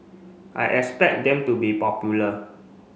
I expect them to be popular